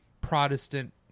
Protestant